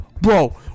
bro